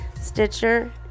Stitcher